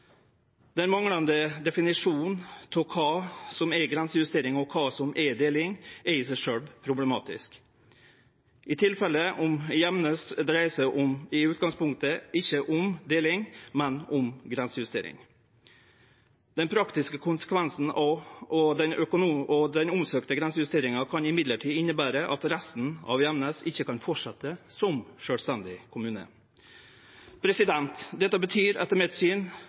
Den manglande definisjonen av kva som er grensejustering, og kva som er deling, er i seg sjølv problematisk. I tilfellet Gjemnes dreier det seg i utgangspunktet ikkje om deling, men om grensejustering. Den praktiske konsekvensen av den omsøkte grensejusteringa kan innebere at resten av Gjemnes ikkje kan fortsetje som sjølvstendig kommune. Det betyr etter mitt syn